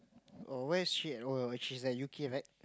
oh where is she at oh she's at U_K right